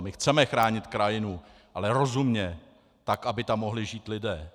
My chceme chránit krajinu, ale rozumně, tak aby tam mohli žít lidé.